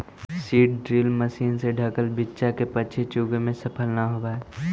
seed drill machine से ढँकल बीचा के पक्षी चुगे में सफल न होवऽ हई